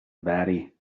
batty